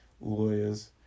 lawyers